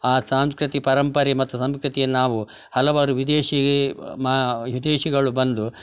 ಆ ಸಾಂಸ್ಕೃತಿಕ ಪರಂಪರೆ ಮತ್ತು ಸಂಸ್ಕೃತಿಯ ನಾವು ಹಲವಾರು ವಿದೇಶಿ ಮಾ ವಿದೇಶಿಗಳು ಬಂದು